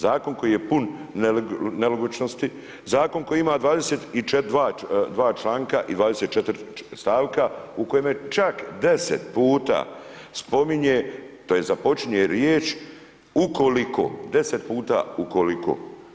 Zakon koji je pun nelogičnosti, Zakon koji ima 22 članka i 24 stavka, u kojim je čak 10 puta spominje to jest započinje riječ ukoliko, 10 puta ukoliko.